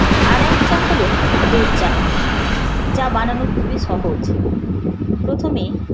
আর এক চা হলো দুধ চা যা বানানো খুবই সহজ প্রথমে